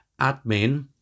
admin